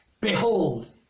behold